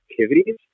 activities